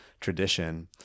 tradition